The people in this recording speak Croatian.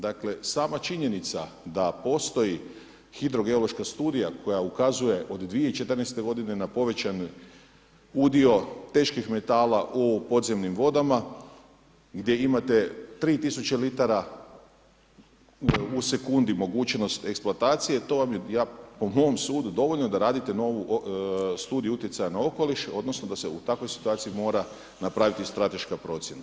Dakle, sama činjenica da postoji hidrogeološka studija koja ukazuje od 2014. godine na povećan udio teških metala u podzemnim vodama, gdje imate 3000 litara u sekundi mogućnost eksploatacije, to vam je, po mom sudu dovoljno da radite novu studiju utjecaja na okoliš odnosno da se u takvoj situaciji mora napraviti strateška procjena.